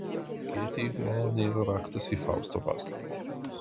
gėtei malonė yra raktas į fausto paslaptį